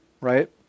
right